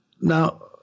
Now